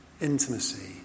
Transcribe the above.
intimacy